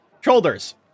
shoulders